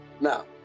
Now